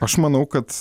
aš manau kad